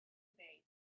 today